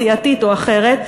סיעתית או אחרת.